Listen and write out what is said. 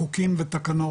חוקים ותקנות.